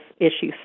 issues